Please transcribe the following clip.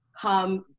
come